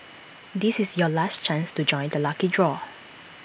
this is your last chance to join the lucky draw